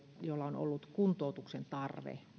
joilla on ollut kuntoutuksen tarve